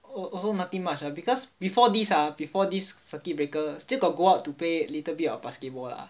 al~ also nothing much ah because before this ah before this circuit breaker still got go out to pay a little bit of basketball lah